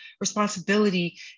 responsibility